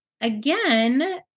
again